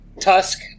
tusk